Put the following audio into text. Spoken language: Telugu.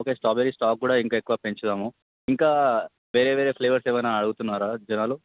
ఓకే స్ట్రాబెర్రీ స్టాక్ కూడా ఇంకా ఎక్కువ పెంచుదాము ఇంకా వేరే వేరే ఫ్లేవర్స్ ఏమన్న అడుగుతున్నారా జనాలు